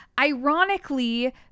ironically